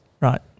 Right